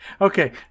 Okay